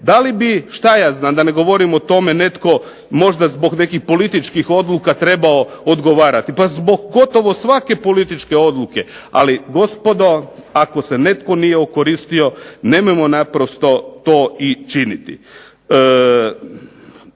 Da li bi šta ja znam da ne govorim o tome netko možda zbog nekih političkih odluka trebao odgovarati. Pa zbog gotovo svake političke odluke. Ali gospodo, ako se netko nije okoristio nemojmo naprosto to i činiti.